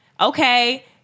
Okay